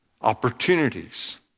opportunities